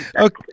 Okay